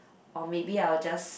or maybe I will just